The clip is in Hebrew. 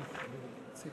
מאז הגן אני צריך